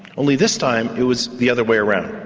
only this time it was the other way around.